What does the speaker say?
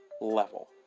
level